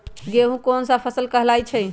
गेहूँ कोन सा फसल कहलाई छई?